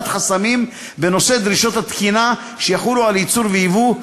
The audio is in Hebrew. חסמים בנושא דרישות התקינה שיחולו על ייצור וייבוא,